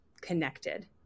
connected